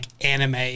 anime